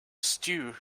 stew